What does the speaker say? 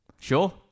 Sure